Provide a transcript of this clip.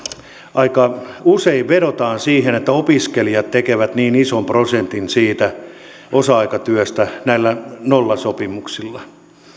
aika usein vedotaan siihen että opiskelijat tekevät niin ison prosentin siitä osa aikatyöstä näillä nollasopimuksilla